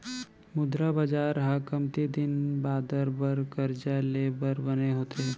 मुद्रा बजार ह कमती दिन बादर बर करजा ले बर बने होथे